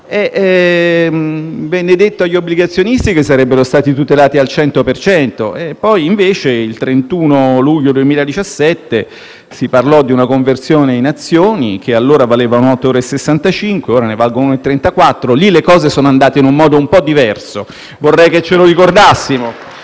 venne detto agli obbligazionisti che sarebbero stati tutelati al 100 per cento. Poi, invece, il 31 luglio 2017 si parlò di una conversione in azioni, che allora valevano 8,65 euro, ore ne valgono 1,34: lì le cose sono andate in un modo un po' diverso. Vorrei che ce lo ricordassimo!